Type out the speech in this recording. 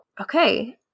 okay